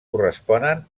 corresponen